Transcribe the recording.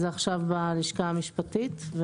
זה עכשיו בלשכה המשפטית.